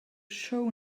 show